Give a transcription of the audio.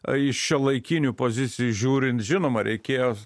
iš šiuolaikinių pozicijų žiūrint žinoma reikėjo